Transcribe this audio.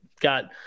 got